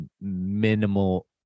minimal